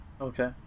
Okay